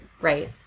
Right